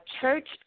church